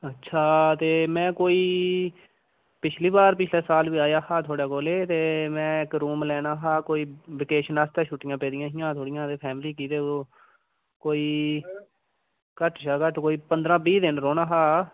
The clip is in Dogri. अच्छा ते में कोई पिछले साल बी इत्थै कराया हा थुहाड़े कोल ते में इक्क कोई रूम लैना हा कोई वेकेशन आस्तै ते फेमिली गी छुट्टियां पेदियां हियां कोई ते कोई घट्ट शा घट्ट कोई बीह् दिन रौह्ना हा